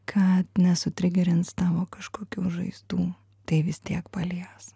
kad nesutrigerins tavo kažkokių žaizdų tai vis tiek palies